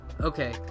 Okay